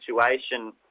situation